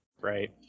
Right